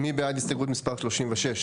מי בעד הסתייגות מספר 36?